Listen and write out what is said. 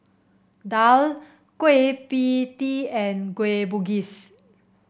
daal Kueh Pie Tee and Kueh Bugis